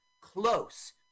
close